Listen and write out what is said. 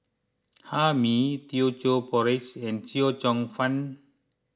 Hae Mee Teochew Porridge and Chee Cheong Fun